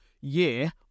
year